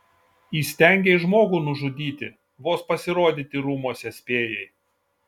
įstengei žmogų nužudyti vos pasirodyti rūmuose spėjai